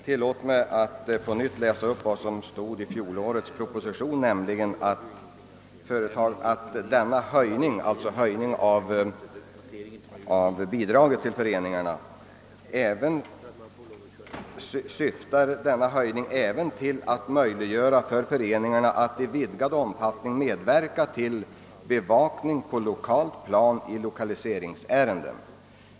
Tillåt mig att på nytt läsa upp vad som stod i fjolårets proposition, nämligen att bidragen till föreningarna även syftar till »att möjliggöra för föreningarna att i vidgad omfattning medverka till bevakning på lokalt plan i lokaliseringsstödsärenden».